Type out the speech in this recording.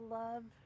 love